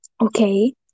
Okay